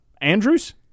Andrews